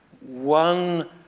one